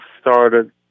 started